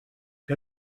que